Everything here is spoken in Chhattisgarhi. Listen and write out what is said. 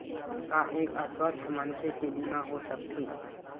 का एक अस्वस्थ मनखे के बीमा हो सकथे?